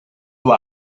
why